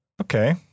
Okay